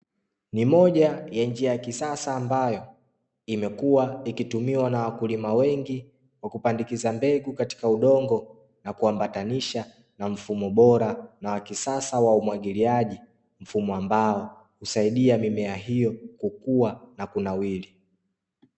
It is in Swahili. Ni moja ya njia ya kisasa ambayo, imekuwa ikitumiwa na wakulima wengi wa kupandikiza mbegu katika udongo na kuambatanisha na mfumo bora na wa kisasa wa umwagiliaji, mfumo ambao husaidia mimea hiyo kukua na kunawiri.